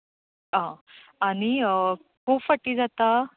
आनी खूब फावटी जाता